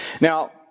Now